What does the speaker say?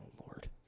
Lord